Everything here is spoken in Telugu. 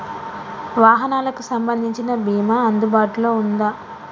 వాహనాలకు సంబంధించిన బీమా అందుబాటులో ఉందా?